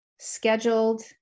scheduled